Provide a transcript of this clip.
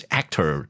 actor